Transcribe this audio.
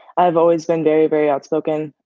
i have always been very, very outspoken.